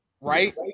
Right